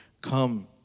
come